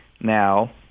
now